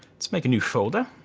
let's make a new folder.